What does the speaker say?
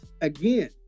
again